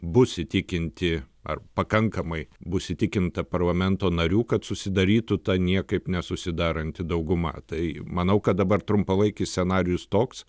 bus įtikinti ar pakankamai bus įtikinta parlamento narių kad susidarytų tą niekaip nesusidaranti dauguma tai manau kad dabar trumpalaikis scenarijus toks